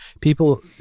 People